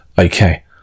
Okay